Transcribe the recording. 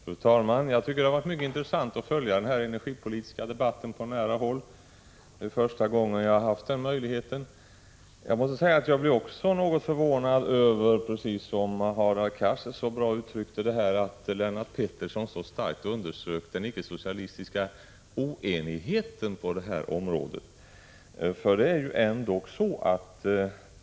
Fru talman! Det har varit mycket intressant att på nära håll följa den här energipolitiska debatten — det är första gången jag har haft den möjligheten. Jag blev också något förvånad över att Lennart Pettersson, som Hadar Cars så bra uttryckte det, så starkt underströk den icke-socialistiska oenigheten på den här punkten.